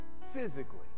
physically